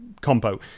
compo